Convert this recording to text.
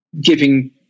giving